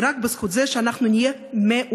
היא רק בזכות זה שאנחנו נהיה מאוחדים.